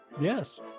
yes